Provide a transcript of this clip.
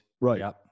Right